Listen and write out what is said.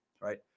Right